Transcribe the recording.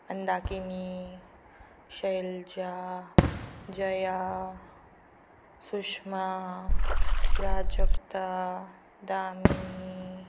Mandakini Shailaja Jaya Sushma Prajakta Damini